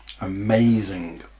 Amazing